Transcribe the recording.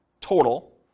total